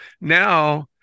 Now